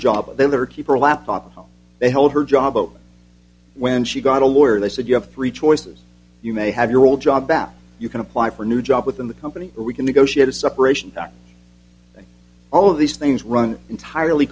and they were keep her laptop while they held her job but when she got a lawyer they said you have three choices you may have your old job back you can apply for a new job within the company or we can negotiate a separation time all of these things run entirely